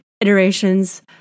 iterations